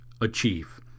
achieve